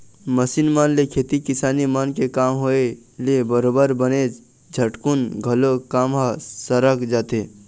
machine मन ले खेती किसानी मन के काम होय ले बरोबर बनेच झटकुन घलोक काम ह सरक जाथे